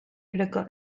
critical